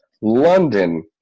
London